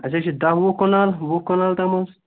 اَسہِ حظ چھِ دَہ وُہ کنال وُہ کنال تام حظ